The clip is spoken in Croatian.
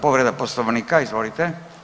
Povreda Poslovnika, izvolite.